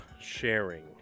sharing